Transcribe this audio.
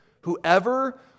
Whoever